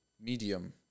medium